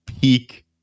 peak